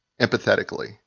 Empathetically